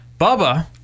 Bubba